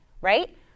right